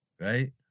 right